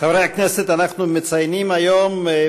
הצעות לסדר-היום מס'